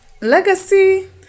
Legacy